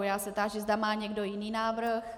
Já se táži, zda má někdo jiný návrh.